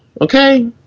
Okay